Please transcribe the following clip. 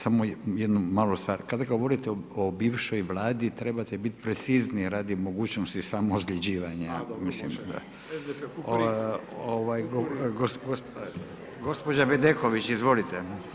Samo jednu malu stvar, kada govorite o bivšoj Vladi, trebate biti precizniji radi mogućnosti samoozljeđivanja. … [[Upadica se ne čuje.]] Gospođa Bedeković, izvolite.